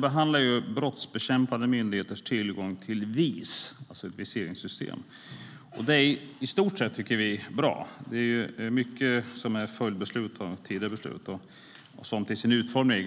behandlar brottsbekämpande myndigheters tillgång till VIS, alltså ett viseringssystem. Vi tycker att det i stort sett är bra. Mycket är följdbeslut till tidigare beslut och ganska givna till sin utformning.